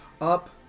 Up